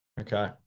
Okay